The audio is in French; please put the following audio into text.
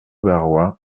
barrois